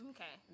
Okay